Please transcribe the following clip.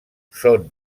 són